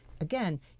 again